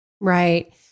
Right